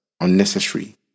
unnecessary